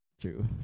True